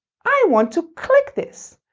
i want to click this!